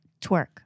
twerk